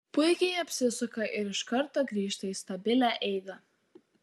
puikiai apsisuka ir iš karto grįžta į stabilią eigą